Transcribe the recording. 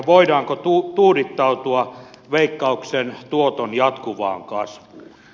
voidaanko tuudittautua veikkauksen tuoton jatkuvaan kasvuun